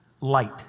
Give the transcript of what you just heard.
Light